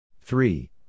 Three